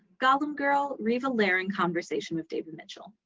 golem girl, riva lehrer and conversation with david mitchell.